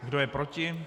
Kdo je proti?